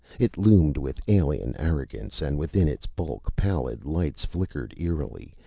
it loomed with alien arrogance, and within its bulk pallid lights flickered eerily,